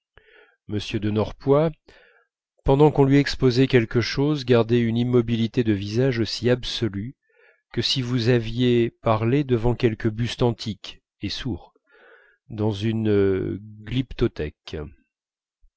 m de norpois pendant qu'on lui exposait quelque chose gardait une immobilité de visage aussi absolue que si vous aviez parlé devant quelque buste antique et sourd dans une